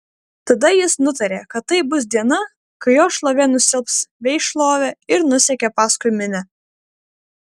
tada jis nutarė kad tai bus diena kai jo šlovė nustelbs vei šlovę ir nusekė paskui minią